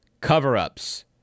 cover-ups